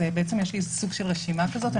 יש לי סוג של רשימה כזאת.